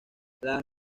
las